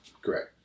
correct